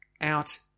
out